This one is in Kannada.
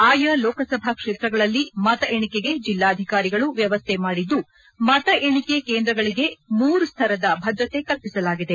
ಆಯಾ ಲೋಕಸಭಾ ಕ್ಷೇತ್ರಗಳಲ್ಲಿ ಮತ ಎಣಿಕೆಗೆ ಜಿಲ್ಲಾಧಿಕಾರಿಗಳು ವ್ಯವಸ್ಥೆ ಮಾಡಿದ್ದು ಮತ ಎಣಿಕೆ ಕೇಂದ್ರಗಳಗೆ ಮೂರು ಸ್ತರದ ಭದ್ರತೆ ಕಲ್ಪಿಸಲಾಗಿದೆ